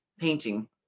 Painting